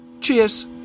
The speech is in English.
Cheers